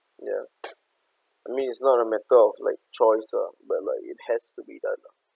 ya I mean it's not a matter of like choice ah but like it has to be done ah